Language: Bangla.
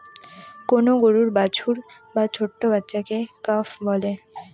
কোন গরুর বাছুর বা ছোট্ট বাচ্চাকে কাফ বলে